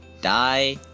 die